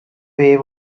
way